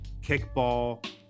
kickball